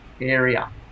area